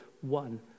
one